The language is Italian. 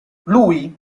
lui